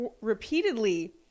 repeatedly